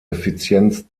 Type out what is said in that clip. effizienz